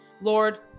Lord